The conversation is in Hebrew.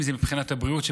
אם זה מבחינת הבריאות,